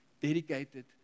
dedicated